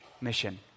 mission